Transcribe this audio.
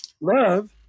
Love